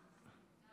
גם